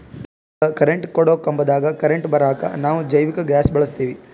ನಮಗ ಕರೆಂಟ್ ಕೊಡೊ ಕಂಬದಾಗ್ ಕರೆಂಟ್ ಬರಾಕ್ ನಾವ್ ಜೈವಿಕ್ ಗ್ಯಾಸ್ ಬಳಸ್ತೀವಿ